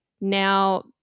now